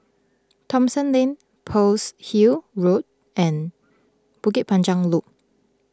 Thomson Lane Pearl's Hill Road and Bukit Panjang Loop